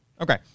Okay